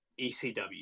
ECW